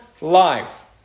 life